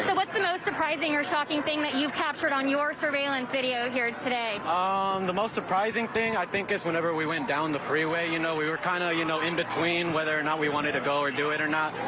but what's the most surprising or shocking thing you captured on your surveillance video here today? ah um the most surprising thing, i think is whenever we went down the freeway, you know we were kind of you know in between whether or not we wanted to go or do it or not,